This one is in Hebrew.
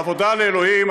העבודה לאלוהים,